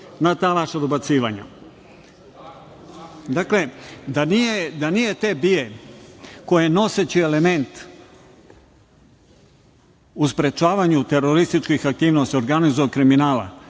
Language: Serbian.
na ta vaša dobacivanja. Dakle, da nije te BIA, koja je noseći element u sprečavanju terorističkih aktivnosti i organizovanog kriminala,